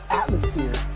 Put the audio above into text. atmosphere